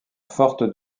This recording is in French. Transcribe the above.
forte